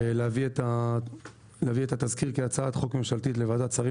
להביא את התזכיר כהצעת חוק ממשלתית לוועדת שרים